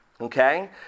Okay